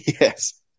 Yes